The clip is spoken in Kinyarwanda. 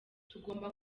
tugomba